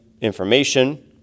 information